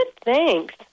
thanks